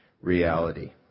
reality